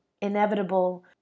inevitable